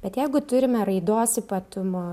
bet jeigu turime raidos ypatumų